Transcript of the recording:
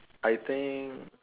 I think